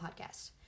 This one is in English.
podcast